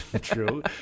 true